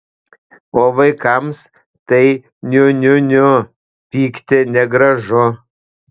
o vaikams tai niu niu niu pykti negražu